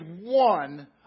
one